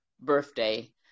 birthday